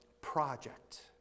project